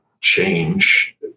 change